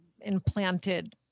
implanted